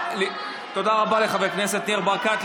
לחבר הכנסת ניר ברקת.